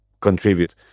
contribute